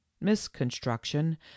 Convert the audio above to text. misconstruction